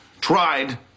tried